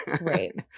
Right